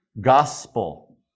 gospel